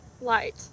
Light